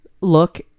Look